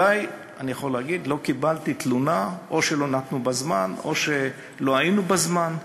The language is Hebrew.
אני יכול להגיד שלא קיבלתי תלונה שלא נתנו בזמן או שלא היינו בזמן.